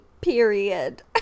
period